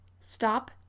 stop